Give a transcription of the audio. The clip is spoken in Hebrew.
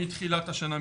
מתחילת השנה,